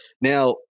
Now